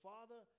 Father